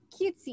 cutesy